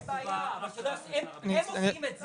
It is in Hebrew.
בסוף מדובר פה בשאלה: האם אותה קבוצת אוכלוסייה